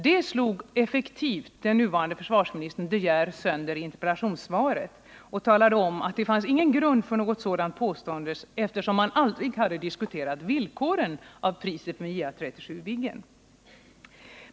Detta påstående slog den nuvarande försvarsministern De Geer effektivt sönder i interpellationssvaret och talade om att det inte fanns någon grund för ett sådant påstående eftersom man aldrig diskuterat dessa villkor för JA 37 Viggen.